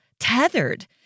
tethered